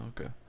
okay